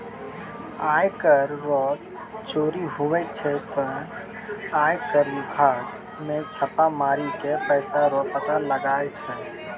आय कर रो चोरी हुवै छै ते आय कर बिभाग मे छापा मारी के पैसा रो पता लगाय छै